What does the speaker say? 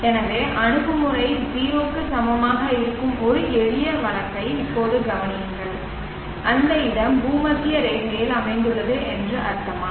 எனவே அணுகுமுறை 0 க்கு சமமாக இருக்கும் ஒரு எளிய வழக்கை இப்போது கவனியுங்கள் அந்த இடம் பூமத்திய ரேகையில் அமைந்துள்ளது என்று அர்த்தமா